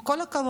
עם כל הכבוד,